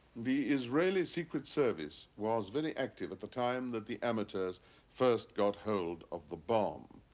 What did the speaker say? the israeli secret service was very active at the time that the amateurs first got hold of the bomb.